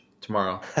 tomorrow